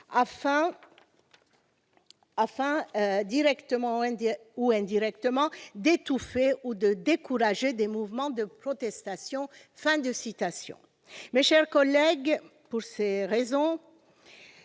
afin, directement ou indirectement, d'étouffer ou de décourager des mouvements de protestation ». Mes chers collègues, on se sert